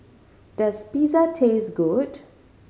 does Pizza taste good